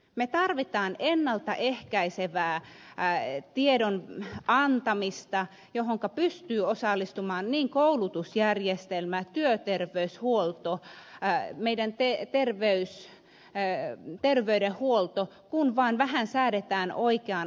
me tarvitsemme ennalta ehkäisevää tiedon antamista johonka pystyy osallistumaan niin koulutusjärjestelmä työterveyshuolto meidän terveydenhuoltomme kun vaan vähän säädetään oikeaan asentoon sitä